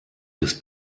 des